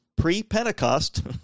pre-Pentecost